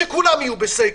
שכולם יהיו בסגר,